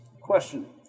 Question